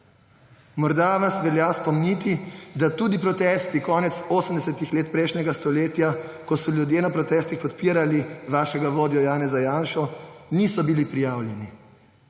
Morda vas velja spomniti, da tudi protesti konec 80. let prejšnjega stoletja, ko so ljudje na protestih podpirali vašega vodjo Janeza Janšo, niso bili prijavljeni.